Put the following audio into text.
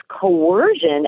coercion